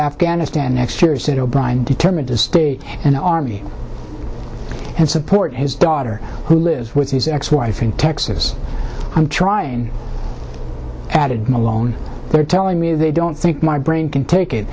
afghanistan next year said o'brien determined to stay an army and support his daughter who lives with his ex wife in texas i'm trying added malone they're telling me they don't think my brain can take it